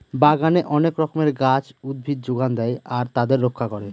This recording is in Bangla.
বাগানে অনেক রকমের গাছ, উদ্ভিদ যোগান দেয় আর তাদের রক্ষা করে